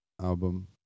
album